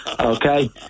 Okay